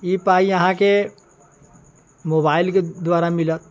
ई पाइ अहाँके मोबाइलके द्वारा मिलत